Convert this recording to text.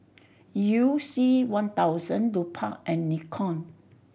You C One thousand Lupark and Nikon